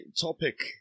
topic